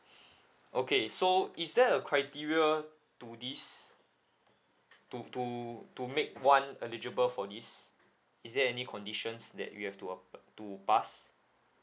okay so is there a criteria to this to to to make one eligible for this is there any conditions that we have to ap~ to bust